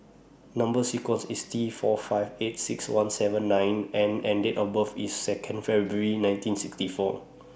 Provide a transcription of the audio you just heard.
Number sequence IS T four five eight six one seven nine N and Date of birth IS Second February nineteen sixty four